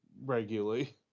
regularly